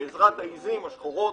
בעזרת העיזים השחורות,